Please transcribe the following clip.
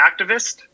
activist